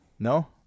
No